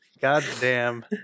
goddamn